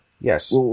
Yes